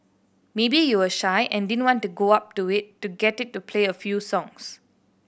maybe you were shy and didn't want to go up to it to get it to play a few songs